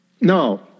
No